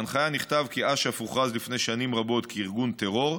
בהנחיה נכתב כי אש"ף הוכרז לפני שנים רבות כארגון טרור,